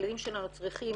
הילדים שלנו צריכים